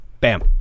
bam